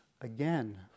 again